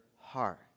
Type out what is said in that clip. heart